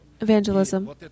evangelism